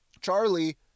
charlie